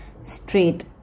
straight